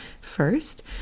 first